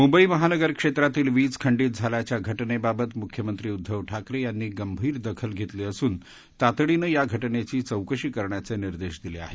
मुंबई महानगर क्षेत्रातील वीज खंडित झाल्याच्या घटनेबाबत मुख्यमंत्री उद्दव ठाकरे यांनी गंभीर दखल घेतली असून तातडीनं या घटनेची चौकशी करण्याचे निर्देश दिले आहेत